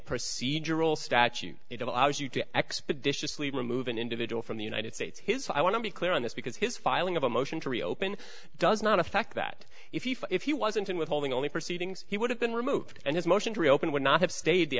procedural statute it allows you to expeditiously remove an individual from the united states his i want to be clear on this because his filing of a motion to reopen does not affect that if if he wasn't in withholding only proceedings he would have been removed and his motion to reopen would not have stayed the